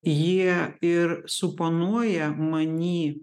jie ir suponuoja many